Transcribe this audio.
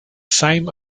same